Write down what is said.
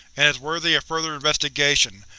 and is worthy of further investigation,